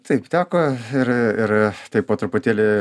taip teko ir ir taip po truputėlį